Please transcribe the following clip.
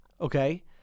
okay